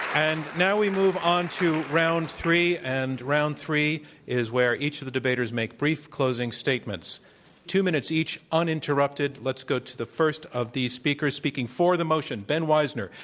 and now we move on to round three. and round three is where each of the debaters make brief closing statements. two minutes each, uninterrupted. let's go to the first of these speakers. speaking for the motion, ben wizner,